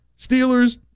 Steelers